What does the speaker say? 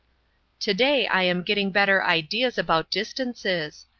today i am getting better ideas about distances.